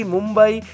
Mumbai